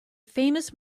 famous